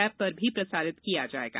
चच पर भी प्रसारित किया जाएगा